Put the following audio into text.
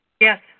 Yes